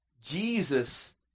Jesus